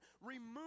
remove